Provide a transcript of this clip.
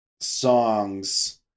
songs